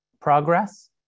progress